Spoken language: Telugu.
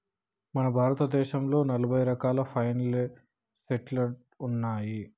మన భారతదేసంలో నలభై రకాలకు పైనే సెట్లు ఉన్నాయి